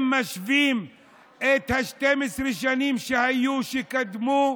הם משווים את 12 השנים שקדמו,